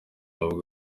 ubuzima